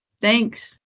Thanks